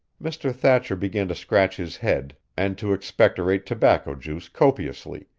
mr. thatcher began to scratch his head and to expectorate tobacco-juice copiously,